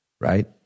right